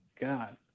God